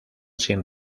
sin